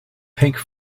pink